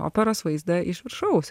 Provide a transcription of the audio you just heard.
operos vaizdą iš viršaus